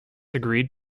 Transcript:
agreed